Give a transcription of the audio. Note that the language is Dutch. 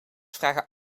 vragen